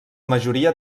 majoria